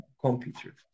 computer